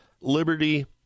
liberty